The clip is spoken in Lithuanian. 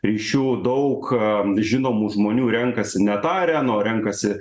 ryšių daug a žinomų žmonių renkasi ne tą areną o renkasi